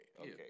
okay